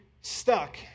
stuck